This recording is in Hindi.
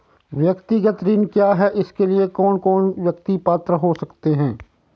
व्यक्तिगत ऋण क्या है इसके लिए कौन कौन व्यक्ति पात्र हो सकते हैं?